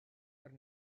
fer